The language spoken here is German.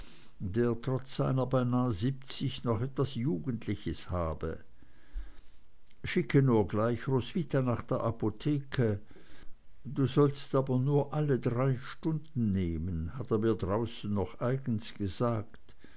der trotz seiner beinah siebzig noch etwas jugendliches habe schicke nur gleich roswitha nach der apotheke du sollst aber nur alle drei stunden nehmen hat er mir draußen noch eigens gesagt